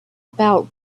about